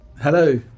Hello